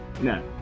No